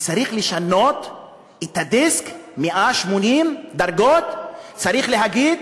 צריך לשנות את הדיסק 180 מעלות, צריך להגיד: